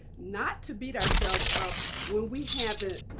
not to beat ourselves up when we haven't